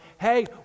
Hey